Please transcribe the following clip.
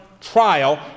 trial